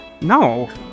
No